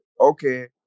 okay